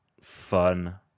fun